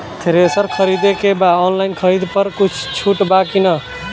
Thresher खरीदे के बा ऑनलाइन खरीद पर कुछ छूट बा कि न?